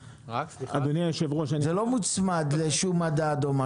זה לא מוצמד לשום מדד.